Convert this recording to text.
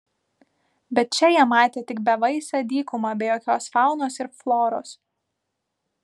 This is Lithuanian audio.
bet čia jie matė tik bevaisę dykumą be jokios faunos ir floros